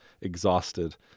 exhausted